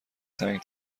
تنگ